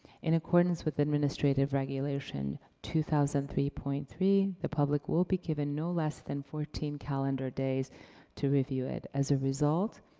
in accordance with administrative regulation two thousand and three point three, the public will be given no less than fourteen calendar days to review it. as a result,